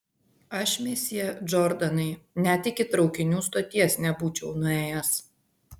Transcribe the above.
aš mesjė džordanai net iki traukinių stoties nebūčiau nuėjęs